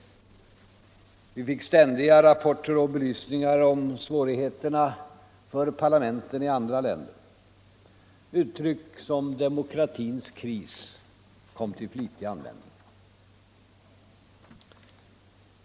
Vi fick ständiga rapporter om och belysningar av svårigheterna för parlamenten i andra länder. Uttryck som ”demokratins kris” kom till flitig användning.